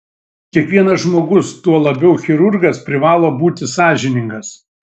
kiekvienas žmogus tuo labiau chirurgas privalo būti sąžiningas